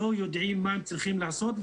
לא יודעים מה הם צריכים לעשות.